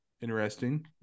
Interesting